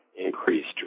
increased